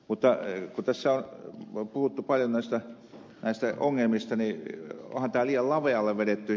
mutta kun tässä on puhuttu paljon näistä ongelmista niin onhan tämä liian lavealle vedetty